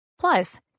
Plus